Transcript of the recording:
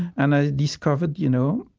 and i discovered you know